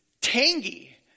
tangy